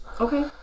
okay